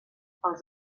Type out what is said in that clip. els